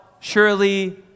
surely